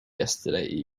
yesterday